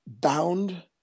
bound